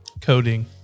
Coding